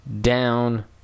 down